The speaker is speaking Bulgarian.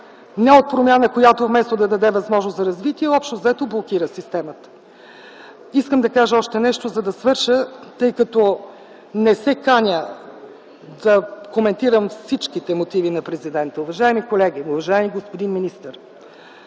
Не от промяна, която вместо да даде възможност за развитие, общо взето блокира системата. Искам да кажа още нещо, за да свърша, тъй като не се каня да коментирам всичките мотиви на президента. Уважаеми колеги, уважаеми господин министър!